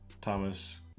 Thomas